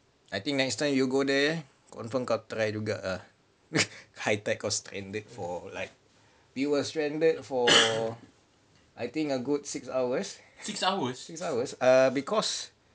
I think next time you go there confirm kau try juga high tide got stranded for like we were stranded for I think a good six hours six hours err because